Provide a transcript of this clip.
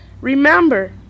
Remember